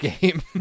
game